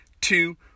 two